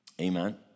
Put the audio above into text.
Amen